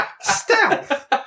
Stealth